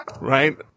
Right